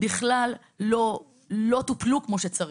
בכלל לא טופלו כמו שצריך,